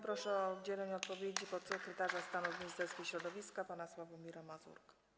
Proszę o udzielenie odpowiedzi podsekretarza stanu w Ministerstwie Środowiska pana Sławomira Mazurka.